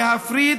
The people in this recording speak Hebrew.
להפריד